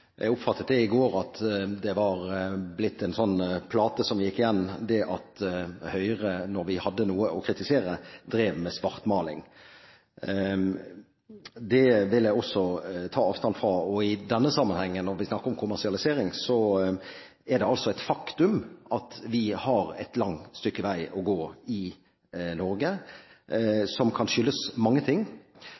jeg oppfattet i går at det var blitt en sånn plate som gikk igjen, det at når Høyre hadde noe å kritisere, drev vi med svartmaling. Det vil jeg også ta avstand fra. Når vi snakker om kommersialisering i denne sammenhengen, er det et faktum at vi har et langt stykke vei å gå i Norge – noe som kan skyldes mange ting.